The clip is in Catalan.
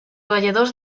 balladors